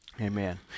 amen